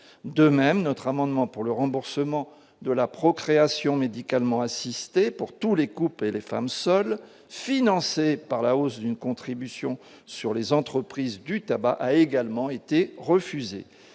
de même notre amendement pour le remboursement de la procréation médicalement assistée pour tous les couper, les femmes seules, financée par la hausse d'une contribution sur les entreprises du tabac, a également été refusée